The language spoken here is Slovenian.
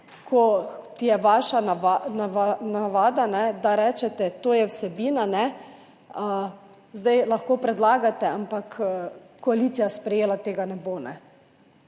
kot je vaša navada, da rečete, to je vsebina, zdaj lahko predlagate, ampak koalicija sprejela tega ne bo.